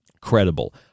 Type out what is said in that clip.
credible